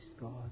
God